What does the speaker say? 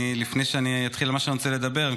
לפני שאתחיל במה שאני רוצה לדבר,